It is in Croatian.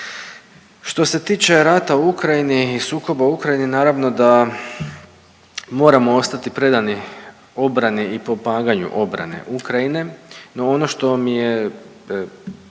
Što se tiče rata u Ukrajini i sukoba u Ukrajini, naravno da moramo ostati predani obrani i pomaganju obrane Ukrajine, no ono što mi je,